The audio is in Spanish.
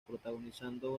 protagonizando